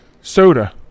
soda